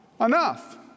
enough